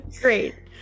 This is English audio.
Great